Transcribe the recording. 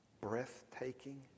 breathtaking